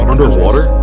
Underwater